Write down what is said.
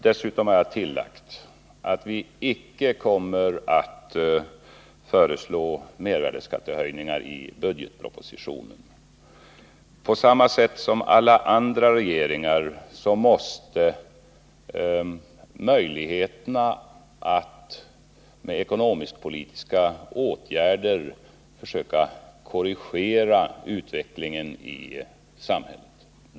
Dessutom har jag tillagt att vi icke kommer att föreslå mervärdeskattehöjningar i budgetpropositionen. Men på samma sätt som alla andra regeringar måste vi ha möjlighet att med ekonomisk-politiska åtgärder försöka korrigera utvecklingen i samhället.